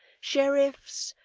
sheriffs,